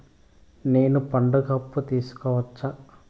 నేను పండుగ అప్పు తీసుకోవచ్చా?